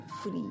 free